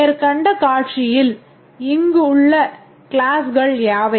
மேற்கண்ட காட்சியில் இங்கு உள்ள க்ளாஸ்கள் யாவை